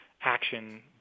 action